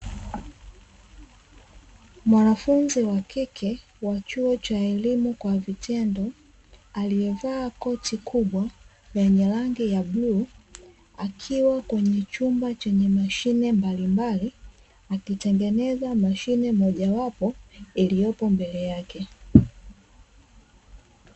Mwanafunzi wa kike wa chuo cha elimu kwa vitendo, aliyevaa koti kubwa lenye rangi ya bluu, akiwa kwenye chumba chenye mashine mbalimbali, akitengeneza mashine mojawapo iliyopo mbele yake.